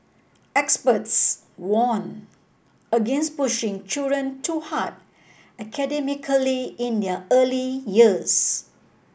experts warned against pushing children too hard academically in their early years